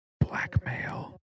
blackmail